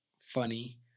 funny